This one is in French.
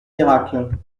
miracles